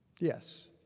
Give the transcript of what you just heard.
Yes